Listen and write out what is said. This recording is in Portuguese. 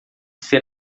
ser